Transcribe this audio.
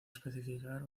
especificar